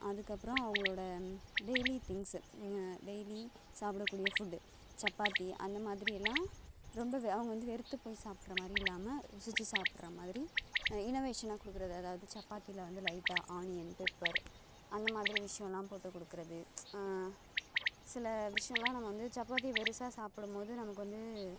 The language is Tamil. அதுக்கப்புறம் அவர்களோட டெய்லி திங்ஸ்ஸு டெய்லி சாப்பிடக்கூடிய ஃபுட்டு சப்பாத்தி அந்த மாதிரி எல்லாம் ரொம்ப வெ அவங்க வந்து வெறுத்துப் போய் சாப்பிட்ற மாதிரி இல்லாமல் ருசித்து சாப்பிட்ற மாதிரி இன்னோவேஷனாக கொடுக்கறது அதாவது சப்பாத்தியில் வந்து லைட்டாக ஆனியன் பெப்பர் அந்த மாதிரி விஷயமெல்லாம் போட்டுக் கொடுக்கிறது சில விஷயமெலாம் நம்ம வந்து சப்பாத்தி பெருசாக சாப்பிடும் போது நமக்கு வந்து